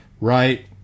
right